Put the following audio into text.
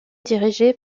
dirigée